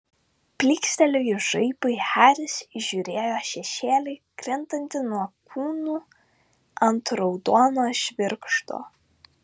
blykstelėjus žaibui haris įžiūrėjo šešėlį krintantį nuo kūnų ant raudono žvirgždo